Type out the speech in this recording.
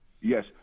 Yes